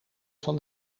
van